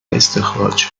استخراج